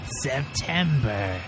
September